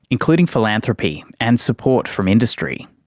including philanthropy and support from industry.